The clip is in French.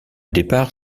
départ